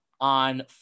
on